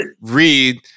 read